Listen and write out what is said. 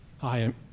Hi